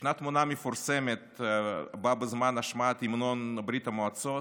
ישנה תמונה מפורסמת שבה בזמן השמעת המנון ברית המועצות,